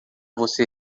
você